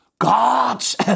God's